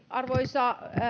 arvoisa